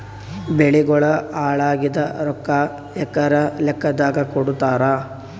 ಬೆಳಿಗೋಳ ಹಾಳಾಗಿದ ರೊಕ್ಕಾ ಎಕರ ಲೆಕ್ಕಾದಾಗ ಕೊಡುತ್ತಾರ?